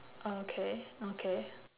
okay okay